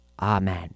Amen